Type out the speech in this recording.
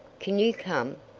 can you come?